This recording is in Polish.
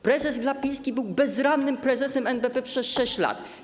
Prezes Glapiński był bezradnym prezesem NBP przez 6 lat.